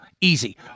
Easy